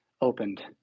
opened